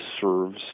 serves